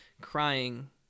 crying